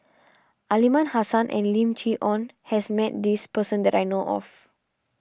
Aliman Hassan and Lim Chee Onn has met this person that I know of